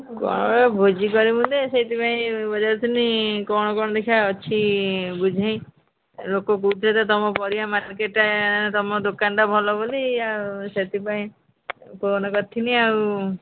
କ'ଣ ଭୋଜି କରିବୁ ଯେ ସେଇଥିପାଇଁ ପଚାରୁଥିଲି କ'ଣ କ'ଣ ଦଖିବା ଅଛି ବୁଝେଇ ଲୋକ କହୁଥିଲେ ତୁମ ପାରିବା ମାର୍କେଟ୍ରେ ତୁମ ଦୋକାନଟା ଭଲ ବୋଲି ଆଉ ସେଥିପାଇଁ ଫୋନ୍ କରିଥଥିଲି ଆଉ